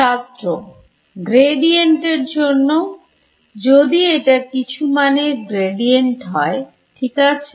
ছাত্র গ্রেডিয়েন্ট এর জন্য যদি এটা কিছু মানের গ্রেডিয়েন্ট হয় ঠিক আছে